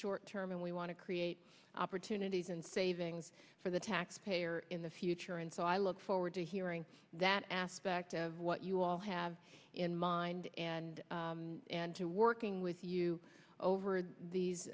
short term and we want to create opportunities and savings for the taxpayer in the future and so i look forward to hearing that aspect of what you all have in mind and and to working with you over